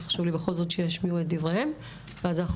לחשו לי בכל זאת שישמיעו את דבריהם ואז אנחנו